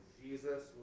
Jesus